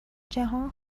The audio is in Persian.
جهان